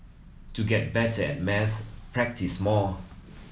to get better at maths practise more